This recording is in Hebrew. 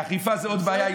אכיפה זה עוד בעיה.